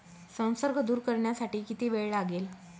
संसर्ग दूर करण्यासाठी किती वेळ लागेल?